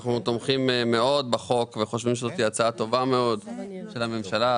אנחנו תומכים מאוד בחוק וחושבים שזאת הצעה טובה מאוד של הממשלה,